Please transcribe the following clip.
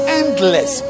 endless